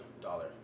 dollar